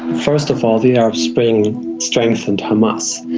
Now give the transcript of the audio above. first of all, the arab spring strengthened hamas.